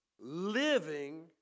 Living